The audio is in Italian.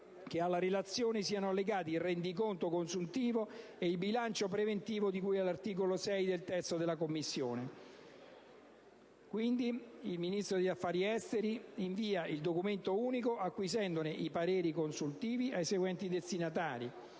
che alla relazione siano allegati il rendiconto consuntivo e il bilancio preventivo di cui all'articolo 6 del testo della Commissione. Quindi, il Ministro degli affari esteri invia il documento unico, acquisendone i relativi pareri, ai seguenti destinatari: